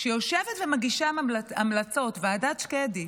שיושבת ומגישה המלצות, ועדת שקדי,